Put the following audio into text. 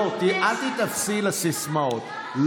אל תיתפסי לסיסמאות.